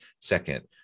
second